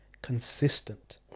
Consistent